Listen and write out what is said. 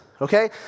Okay